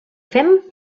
fem